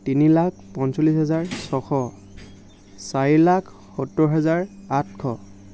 তিনি লাখ পঞ্চলিছ হাজাৰ ছশ চাৰি লাখ সত্তৰ হাজাৰ আঠশ